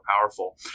powerful